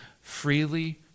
freely